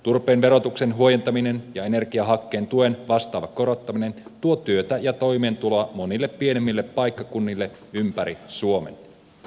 turpeen verotuksen huojentaminen ja energiahakkeen tuen vastaava korottaminen tuo työtä ja toimeentuloa monille pienemmille paikkakunnille ympäri suomen